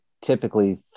typically